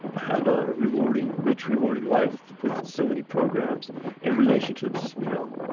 have a rewarding, rich, rewarding life with so many programs and relationships, you know,